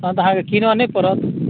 तहन तऽ अहाँकेँ कीनऽ नहि पड़त